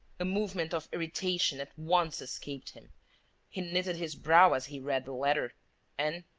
a movement of irritation at once escaped him he knitted his brow as he read the letter and,